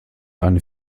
eine